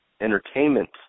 entertainment